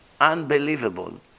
unbelievable